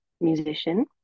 musician